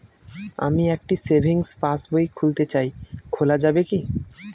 আমি একটি সেভিংস পাসবই খুলতে চাই খোলা যাবে কি?